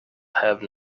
have